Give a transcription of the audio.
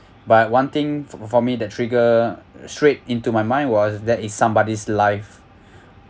but one thing for for me that trigger straight into my mind was that is somebody's life